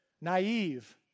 naive